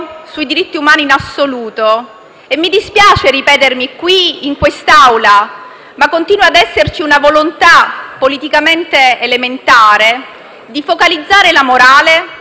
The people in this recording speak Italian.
sui diritti umani in assoluto. Mi dispiace ripetermi in quest'Aula, ma continua a esserci una volontà politicamente elementare di focalizzare la morale,